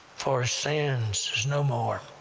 for sins, there's no more